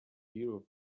beer